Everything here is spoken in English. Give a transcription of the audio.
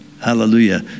Hallelujah